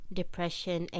depression